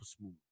smooth